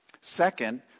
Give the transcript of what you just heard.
Second